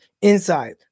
inside